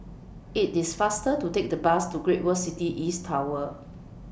IT IS faster to Take The Bus to Great World City East Tower